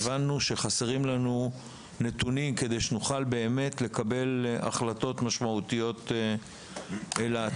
הבנו שחסרים לנו נתונים כדי שבאמת נוכל לקבל החלטות משמעותיות לעתיד.